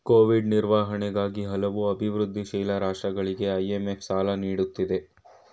Covid ನಿರ್ವಹಣೆಗಾಗಿ ಹಲವು ಅಭಿವೃದ್ಧಿಶೀಲ ರಾಷ್ಟ್ರಗಳಿಗೆ ಐ.ಎಂ.ಎಫ್ ಸಾಲ ನೀಡುತ್ತಿದೆ